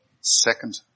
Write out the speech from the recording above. second